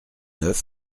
neuf